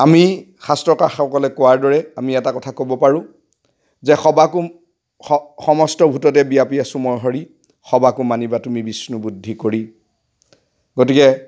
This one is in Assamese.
আমি শাস্ত্ৰকাৰসকলে কোৱাৰ দৰে আমি এটা কথা ক'ব পাৰোঁ যে সবাকো সমস্ত ভূটতে ব্যাপী আছোঁ মই হৰি সবাকো মানিবা তুমি বিষ্ণু বুদ্ধি কৰি গতিকে